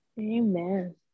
Amen